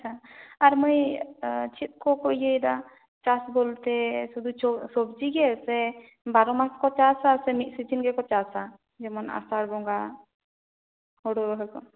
ᱟᱪᱪᱷᱟ ᱟᱨ ᱢᱟᱹᱭ ᱪᱮᱫᱠᱟ ᱪᱮᱫ ᱠᱚᱠᱚ ᱤᱭᱟᱹᱭᱫᱟ ᱪᱟᱥ ᱵᱚᱞᱛᱮ ᱥᱩᱫᱷᱩ ᱥᱚᱵᱡᱤ ᱜᱮ ᱥᱮ ᱵᱟᱨᱚ ᱢᱟᱥ ᱠᱚ ᱪᱟᱥᱟ ᱥᱮ ᱢᱤᱫ ᱥᱤᱡᱮᱱ ᱜᱮᱠᱚ ᱪᱟᱥᱟ ᱡᱮᱢᱚᱱ ᱟᱥᱟᱲ ᱵᱚᱸᱜᱟ ᱦᱳᱲᱳ ᱨᱚᱦᱚᱭ ᱠᱚ